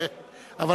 גם אני,